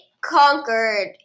conquered